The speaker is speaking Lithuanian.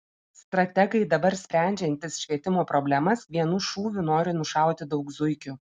strategai dabar sprendžiantys švietimo problemas vienu šūviu nori nušauti daug zuikių